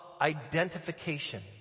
identification